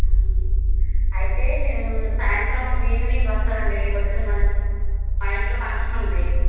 అయితే మేము సాయంత్రం ఈవెనింగ్ వస్తాం అండి రేపొద్దున మా ఇన్ మా ఇంట్లో ఫంక్షన్ ఉంది